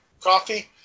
coffee